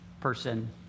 person